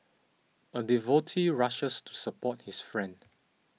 a devotee rushes to support his friend